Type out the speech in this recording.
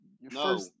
No